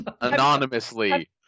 Anonymously